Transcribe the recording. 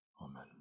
Amen